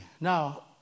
Now